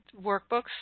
workbooks